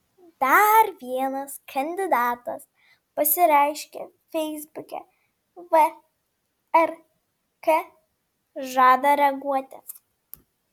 dar vienas kandidatas pasireiškė feisbuke vrk žada reaguoti